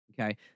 Okay